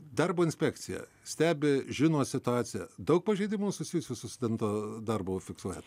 darbo inspekcija stebi žino situaciją daug pažeidimų susijusių su studento darbu fiksuoja